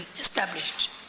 established